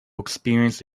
experience